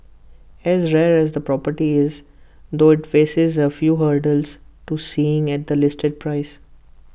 as rare as the property is though IT faces A few hurdles to seeing at the listed price